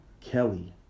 Kelly